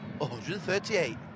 138